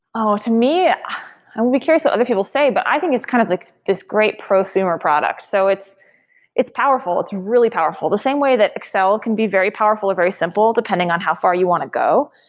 oh, to me yeah and we we care so other people say, but i think it's kind of this great prosumer product. so it's it's powerful. it's really powerful, the same way that excel can be very powerful, very simple depending on how far you want to go.